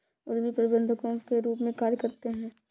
उद्यमी प्रबंधकों के रूप में कार्य करते हैं